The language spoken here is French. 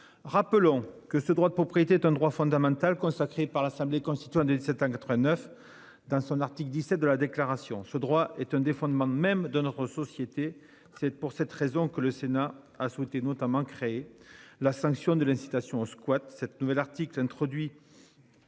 Rappelons que ce droit de propriété est un droit fondamental consacré par l'Assemblée constituante de 1789 dans son article 17 de la déclaration ce droit est un des fondements même de notre société. C'est pour cette raison que le Sénat a souhaité notamment créé la sanction de l'incitation au squat